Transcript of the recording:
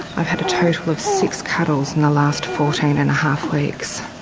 i've had a total of six cuddles in the last fourteen and a half weeks.